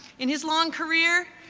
in his long career,